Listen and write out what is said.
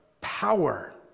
power